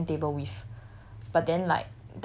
who I can plan my timetable with